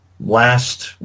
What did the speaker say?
last